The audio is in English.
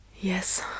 Yes